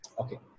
Okay